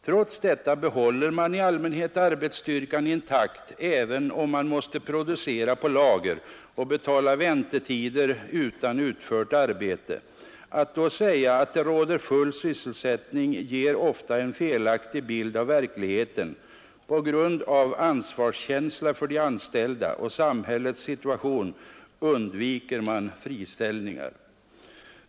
Trots detta behåller man i allmänhet arbetsstyrkan intakt, även om man måste producera på lager och betala väntetider utan utfört arbete. Att då säga att det råder full sysselsättning ger ofta en felaktig bild av verkligheten. På grund av ansvarskänsla för de anställda och samhällets situation undviker man friställningar.